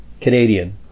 Canadian